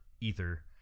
ether